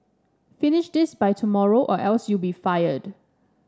finish this by tomorrow or else you'll be fired